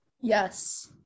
yes